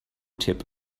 tip